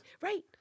right